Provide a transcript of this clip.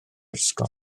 ysgol